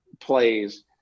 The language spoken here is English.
plays